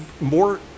more